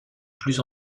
plus